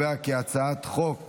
הצעת חוק